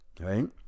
right